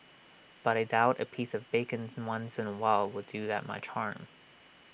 but I doubt A piece of bacon once in A while will do that much harm